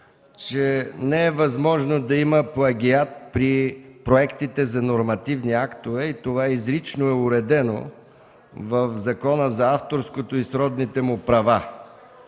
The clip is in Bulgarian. че не е възможно да има плагиат при проектите за нормативни актове. Това е изрично уредено в Закона за авторското и сродните му права.